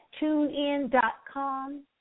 tunein.com